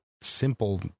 simple